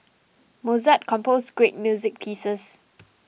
Mozart composed great music pieces